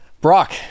Brock